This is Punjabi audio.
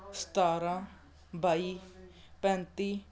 ਸਤਾਰਾਂ ਬਾਈ ਪੈਂਤੀ